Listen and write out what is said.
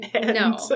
No